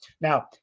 Now